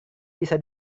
bisa